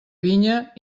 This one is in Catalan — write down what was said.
vinya